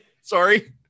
Sorry